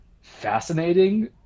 fascinating